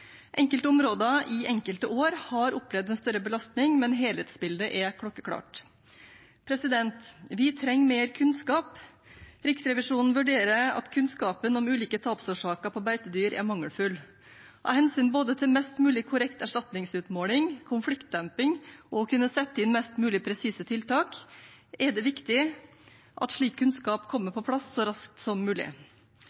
Enkelte områder i enkelte år har opplevd en større belastning, men helhetsbildet er klokkeklart. Vi trenger mer kunnskap. Riksrevisjonen vurderer at kunnskapen om ulike tapsårsaker på beitedyr er mangelfull. Av hensyn til både mest mulig korrekt erstatningsutmåling, konfliktdemping og å kunne sette inn mest mulig presise tiltak er det viktig at slik kunnskap kommer